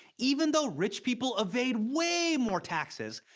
even though rich people evade way more taxes.